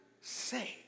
say